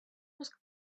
was